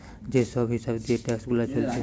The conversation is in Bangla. যে সব হিসাব দিয়ে ট্যাক্স গুনা চলছে